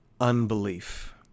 unbelief